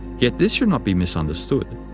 yet this should not be misunderstood.